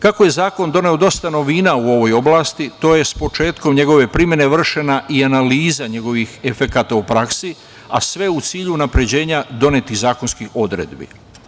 Kako je zakon doneo dosta novina u ovoj oblasti, to je sa početkom njegove primene vršena i analiza njegovih efekata u praksi, a sve u cilju unapređenja donetih zakonskih odredbi.